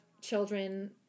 children